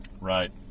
Right